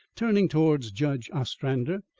turning towards judge ostrander,